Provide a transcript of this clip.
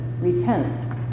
Repent